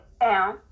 down